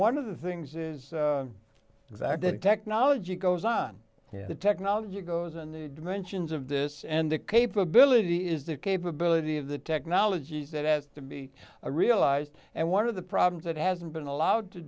one of the things is that that technology goes on the technology goes and the dimensions of this and the capability is the capability of the technologies that has to be realized and one of the problems that hasn't been allowed to